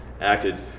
acted